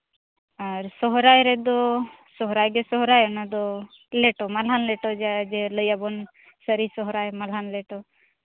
ᱟᱨ ᱥᱚᱦᱚᱨᱟᱭ ᱨᱮᱫᱚ ᱥᱚᱦᱨᱟᱭ ᱜᱮ ᱥᱚᱦᱚᱨᱟᱭ ᱚᱱᱟᱫᱚ ᱞᱮᱴᱚ ᱢᱟ ᱱᱟᱜ ᱞᱮᱴᱚ ᱜᱮ ᱡᱟᱣ ᱜᱮ ᱞᱟᱹᱭᱟᱵᱚᱱ ᱥᱟᱹᱨᱤ ᱥᱚᱦᱚᱨᱟᱭ ᱢᱟᱞᱦᱟᱱ ᱞᱮᱴᱚ